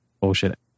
bullshit